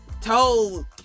told